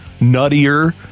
nuttier